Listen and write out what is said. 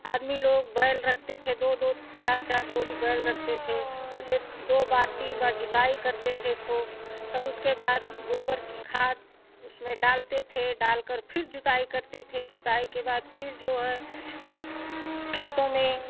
आदमी लोग बैल रखते थे दो दो चार चार जोड़ी बैल रखते थे उसे दो बार तीन बार जोताई करते थे खूब तब उसके बाद गोबर की खाद उसमें डालते थे डालकर फिर जोताई करते थे जोताई के बाद फिर जो है खेतों में